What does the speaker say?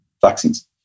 vaccines